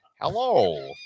Hello